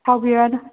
ꯁꯥꯎꯕꯤꯔꯅꯨ